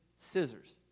scissors